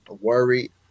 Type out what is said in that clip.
worried